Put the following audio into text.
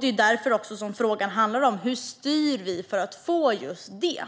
Det är därför som frågan också handlar om hur vi styr för att få just det.